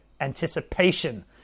anticipation